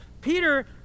Peter